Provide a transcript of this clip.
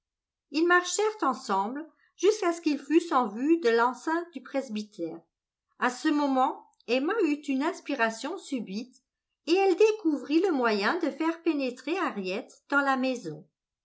ils marchèrent ensemble jusqu'à ce qu'ils fussent en vue de l'enceinte du presbytère à ce moment emma eut une inspiration subite et elle découvrit le moyen de faire pénétrer harriet dans la maison